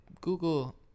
Google